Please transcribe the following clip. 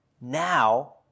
Now